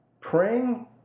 Praying